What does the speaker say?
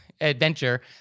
adventure